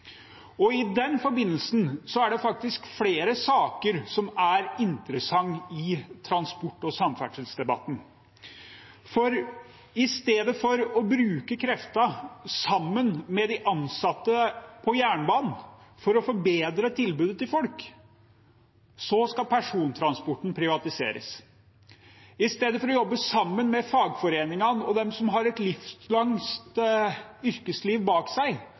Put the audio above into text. alene. I den forbindelse er det faktisk flere saker som er interessante i transport- og samferdselsdebatten. I stedet for å bruke kreftene sammen med de ansatte på jernbanen for å forbedre tilbudet til folk skal persontransporten privatiseres. I stedet for å jobbe sammen med fagforeningene og dem som har et livslangt yrkesliv bak seg,